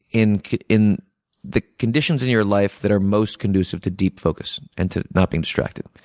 in in the conditions in your life that are most conducive to deep focus and to not being distracted.